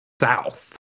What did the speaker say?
south